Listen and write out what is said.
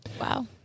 wow